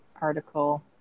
article